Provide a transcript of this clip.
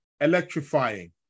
Electrifying